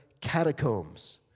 catacombs